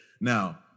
now